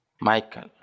Michael